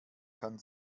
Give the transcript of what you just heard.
kann